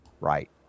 Right